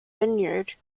vineyard